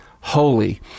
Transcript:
holy